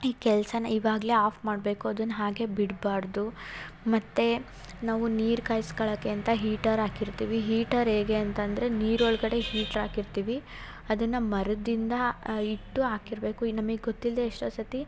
ಈ ಕೆಲಸನ ಇವಾಗಲೇ ಆಫ್ ಮಾಡಬೇಕು ಅದನ್ನ ಹಾಗೆ ಬಿಡ್ಬಾರದು ಮತ್ತು ನಾವು ನೀರು ಕಾಯ್ಸ್ಕಳಕೆ ಅಂತ ಹೀಟರ್ ಹಾಕಿರ್ತೀವಿ ಹೀಟರ್ ಹೇಗೆ ಅಂತ ಅಂದರೆ ನೀರೊಳಗಡೆ ಹೀಟ್ರ್ ಹಾಕಿರ್ತೀವಿ ಅದನ್ನು ಮರದಿಂದ ಇಟ್ಟು ಹಾಕಿರ್ಬೇಕು ಇನ್ನ ನಮಗೆ ಗೊತ್ತಿಲ್ಲದೇ ಎಷ್ಟೋ ಸರ್ತಿ